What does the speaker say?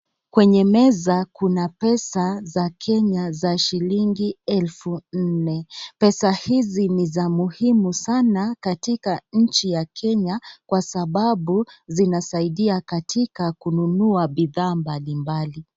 Kwenye meza kuna pesa za kenya za shilingi elfu nne, pesa hizi ni za muhimu sana katika nchi ya Kenya kwa sababu zinasaidia katika kununua bidhaa mbalimbali.